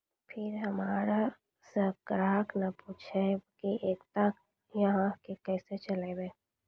फिर हमारा से ग्राहक ने पुछेब की एकता अहाँ के केसे चलबै?